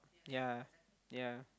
ya ya